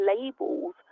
labels